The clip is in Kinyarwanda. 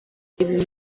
ibi